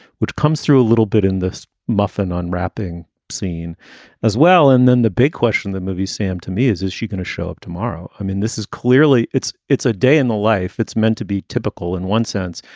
which comes through a little bit in this muffin unwrapping scene as well. and then the big question, the movie, sam, to me is, is she going to show up tomorrow? i mean, this is clearly it's it's a day in the life. it's meant to be typical in one sense,